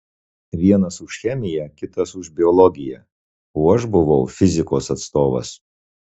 vienas už chemiją kitas už biologiją o aš buvau fizikos atstovas